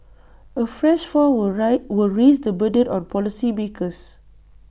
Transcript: A fresh fall will rice raise the burden on policymakers